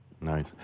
Nice